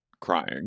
crying